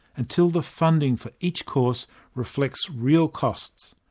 until the funding for each course reflects real costs,